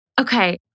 Okay